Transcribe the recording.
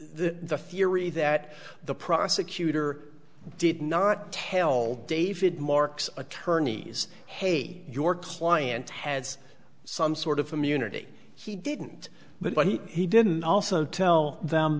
the the theory that the prosecutor did not tell david mark's attorneys hey your client has some sort of immunity he didn't but he didn't also tell them